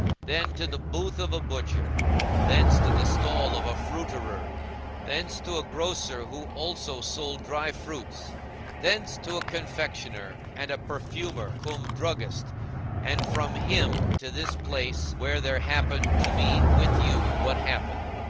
then to the booth of a butcher thence to the stall of a fruiterer thence to a grocer who also sold dry fruits thence to a confectioner and a perfumer cum druggist and from him to this place where there happened to me with you what happened.